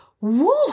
Woo